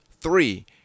three